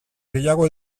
gehiago